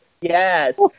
yes